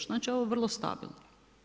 Znači ovo je vrlo stabilno.